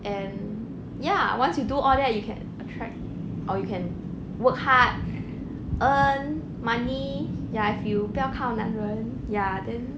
and ya once you do all that you can attract or you can work hard earn money ya I feel 不要靠男人 ya then